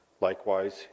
Likewise